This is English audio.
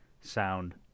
sound